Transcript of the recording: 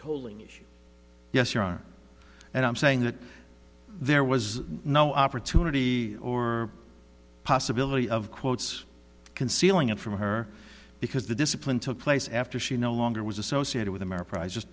totally yes you are and i'm saying that there was no opportunity or possibility of quotes concealing it from her because the discipline took place after she no longer was associated with a